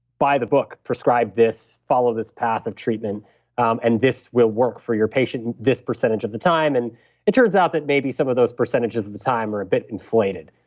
by the book prescribe this, follow this path of treatment um and this will work for your patient this percentage of the time. and it turns out that maybe some of those percentages of the time are a bit inflated.